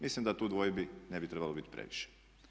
Mislim da tu dvojbi ne bi trebalo biti previše.